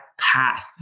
path